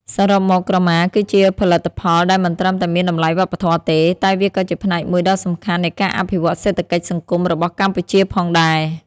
សរុបមក ក្រមាគឺជាផលិតផលដែលមិនត្រឹមតែមានតម្លៃវប្បធម៌ទេ តែវាក៏ជាផ្នែកមួយដ៏សំខាន់នៃការអភិវឌ្ឍសេដ្ឋកិច្ចសង្គមរបស់កម្ពុជាផងដែរ។